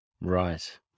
Right